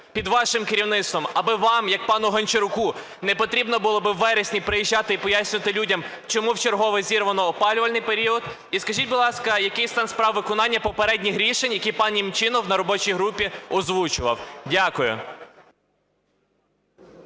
під вашим керівництвом, аби вам, як пану Гончаруку, не потрібно було б у вересні приїжджати і пояснювати людям, чому в чергове зірвано опалювальний період? І скажіть, будь ласка, який стан справ виконання попередніх рішень, які пан Немчінов на робочій групі озвучував? Дякую.